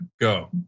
Go